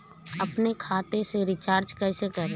अपने खाते से रिचार्ज कैसे करें?